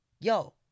yo